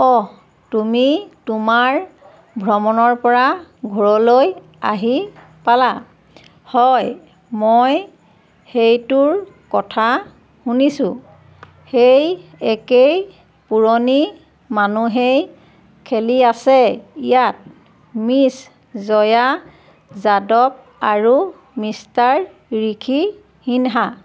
অহ তুমি তোমাৰ ভ্ৰমণৰ পৰা ঘৰলৈ আহি পালা হয় মই সেইটোৰ কথা শুনিছোঁ সেই একেই পুৰণি মানুহেই খেলি আছে ইয়াত মিছ জয়া যাদৱ আৰু মিষ্টাৰ ঋষি সিনহা